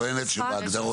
את מתכוונת בהגדרות?